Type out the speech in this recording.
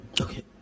Okay